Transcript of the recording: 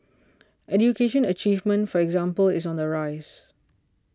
education achievement for example is on the rise